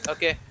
Okay